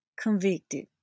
convicted